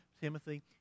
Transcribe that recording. Timothy